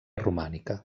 romànica